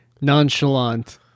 nonchalant